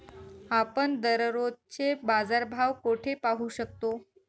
आपण दररोजचे बाजारभाव कोठे पाहू शकतो?